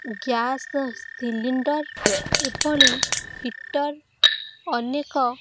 gas cylinder ଏଭଳି heater ଅନେକ